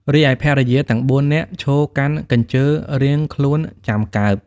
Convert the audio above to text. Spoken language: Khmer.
រីឯភរិយាទាំង ៤ នាក់ឈរកាន់កញ្ជើរៀងខ្លួនចាំកើប ។